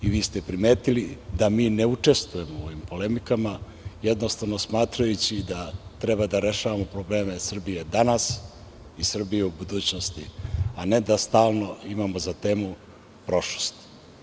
Vi ste primetili da mi ne učestvujemo u ovim polemikama, smatrajući da treba da rešavamo probleme Srbije danas i Srbije u budućnosti, a ne da stalno imamo za temu prošlost.